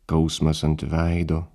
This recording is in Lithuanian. kausmas ant veido